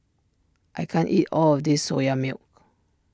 I can't eat all of this Soya Milk